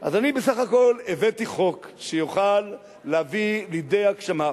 אז אני בסך הכול הבאתי חוק שיוכל להביא לידי הגשמה,